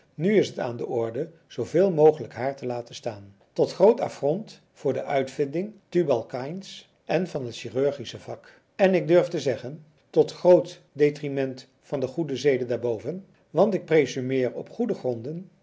nu is het aan de orde zooveel mogelijk haar te laten staan tot groot affront voor de uitvinding tubal kains en van het chirurgische vak en ik durf zeggen tot groot detriment van de goede zeden daarenboven want ik praesummeer op goede gronden